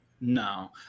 no